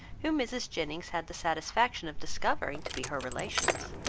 whom mrs. jennings had the satisfaction of discovering to be her relations,